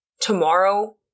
tomorrow